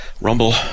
Rumble